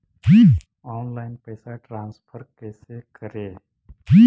Online पैसा transfer कैसे करे?